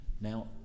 Now